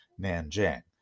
Nanjing